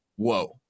Whoa